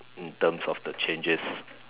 in terms of the changes